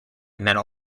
medal